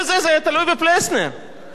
הרי בוודאות הוא היה עולה פה ומנמק.